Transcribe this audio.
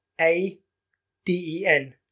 A-D-E-N